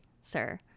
sir